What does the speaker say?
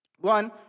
One